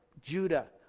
Judah